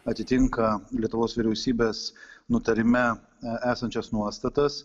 atitinka lietuvos vyriausybės nutarime esančias nuostatas